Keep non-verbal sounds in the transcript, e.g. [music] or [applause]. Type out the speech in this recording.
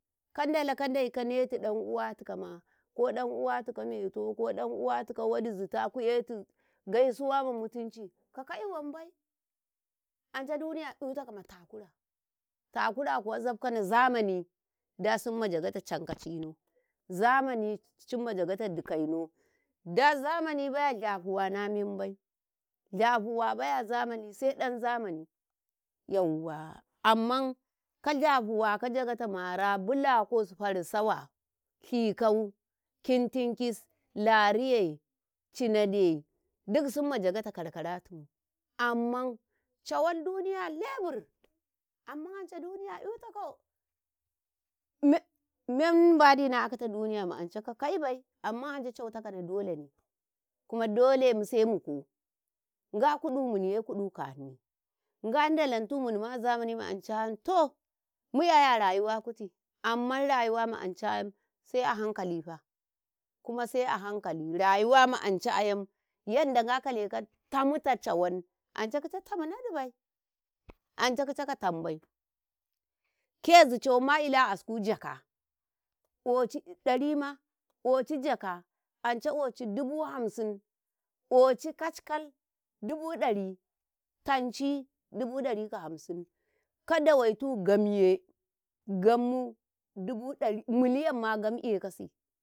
ka dalau kade ka netu dan uwatikama ko ɗan uwatika meto, ko ɗan uwatiko wadi zita ku etu gaisuwa ma mutunci ka ka'i wanbai anca duniya etaka ma takura, takura kuwa zabka na zamani, da simma jagata cankacina zamani sinma jagata kaino da zamani bayo zyahuwa na membai, zyahuwa baya zamani sai ɗan zamani yauwa amman ka zyahuwa ka jagata mara, balakus, farsawa, khikau, kintinkis lariye, cinade, duk simma jagata kar karatum amman cawan duniya lebir, amman anca duniya itakau [hesitation] me mbandi na akata duniya ma ancei ka kaibai amman ancei cautaka na dole ne kuma dole mu sai muku, Nga kuɗu miniye kuɗu kahni, Nga dalantu minima azamani ma anca ayam to mu'eh a rayuwa kuti amman rayuwa ma nanca ayam sai a hankalifa, kuma sai a hankali rayuwa ma anca ayam yadda Nga kaleka tamita cawan ance kice tamin nadabai, ance kice ka tambai, kezi cawan ma ila a asku jaka oci kackal dubu ɗari, tauci dubu ɗarika hamsin ka dawaitu gamye, gammu dubu ɗari [hesitation] miliyama gam eh kasi.